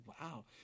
Wow